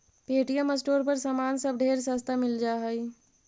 Paytm store पर समान सब ढेर सस्ता मिल जा हई